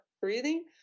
breathing